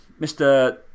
Mr